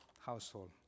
household